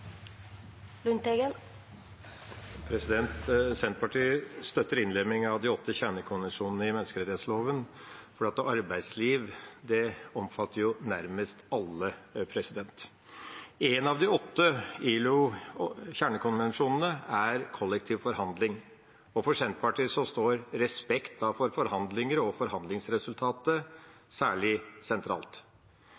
Senterpartiet støtter innlemmingen av de åtte kjernekonvensjonene i menneskerettsloven, for arbeidslivet omfatter jo nærmest alle. En av de åtte kjernekonvensjonene gjelder kollektiv forhandling, og for Senterpartiet står respekten for forhandlinger og forhandlingsresultatet